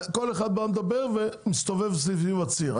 כל אחד בא, מדבר ומסתובב סביבי, הוא הציר.